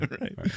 right